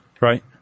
Right